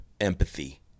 empathy